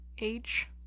age